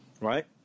Right